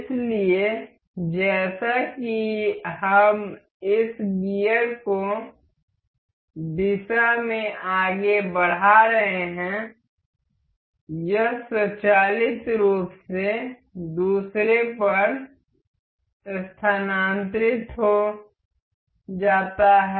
इसलिए जैसा कि हम इस गियर को दिशा में आगे बढ़ा रहे हैं यह स्वचालित रूप से दूसरे पर स्थानांतरित हो जाता है